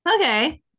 okay